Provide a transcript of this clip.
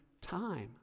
time